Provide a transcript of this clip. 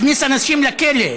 מכניס אנשים לכלא.